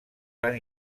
van